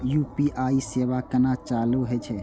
UPI सेवा केना चालू है छै?